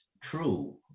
true